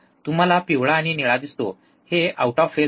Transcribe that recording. तुम्हाला पिवळा आणि निळा दिसतो हे आऊट ऑफ फेज आहेत